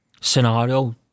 scenario